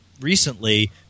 Recently